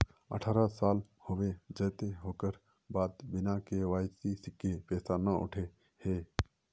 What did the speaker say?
अठारह साल होबे जयते ओकर बाद बिना के.वाई.सी के पैसा न उठे है नय?